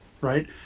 right